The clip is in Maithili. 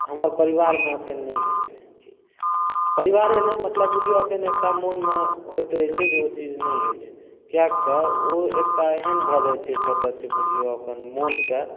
हमर परिवारमे एखन नहि अछि एहन चीज परिवारे नहि मतलब बुझियौ एखन एकटा मोनमे होइत रहै छै जे ओ चीज नहि अछि किएक कि तऽ ओ एकटा एहन भऽ जाइ छै सदस्य बुझियौ अपन मोनके